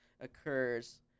occurs